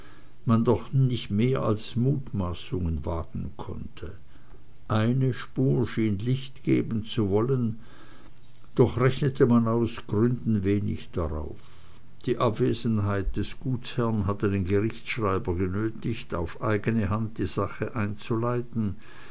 man doch nicht mehr als mutmaßungen wagen konnte eine spur schien licht geben wollen doch rechnete man aus gründen wenig darauf die abwesenheit des gutsherrn hatte den gerichtschreiber genötigt auf eigene hand die sache einzuleiten